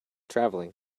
traveling